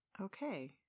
Okay